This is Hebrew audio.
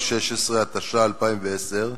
התש"ע 2010,